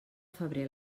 febrer